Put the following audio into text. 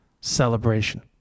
celebration